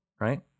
right